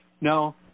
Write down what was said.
No